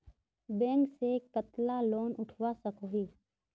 Bank से कतला loan उठवा सकोही?